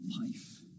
life